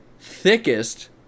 Thickest